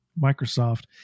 Microsoft